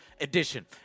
edition